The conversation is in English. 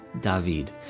David